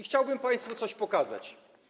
Chciałbym państwu coś pokazać.